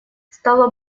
стало